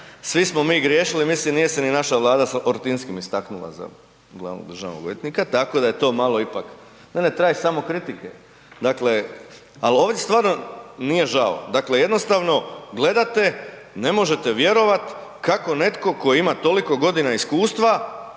svi smo mi griješili, mislim nije se ni naša Vlada .../Govornik se ne razumije./... istaknula za glavnog državnog odvjetnika, tako da je to malo ipak, ne, ne, traje samo kritike. Dakle, ali ovdje stvarno nije žao. Dakle jednostavno gledate, ne možete vjerovati kako netko tko ima toliko godina iskustva